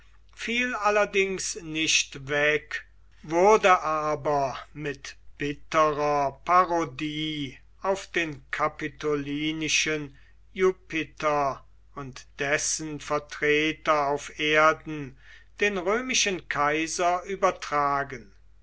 allerdings nicht weg wurde aber mit bitterer parodie auf den kapitolinischen jupiter und dessen vertreter auf erden den römischen kaiser übertragen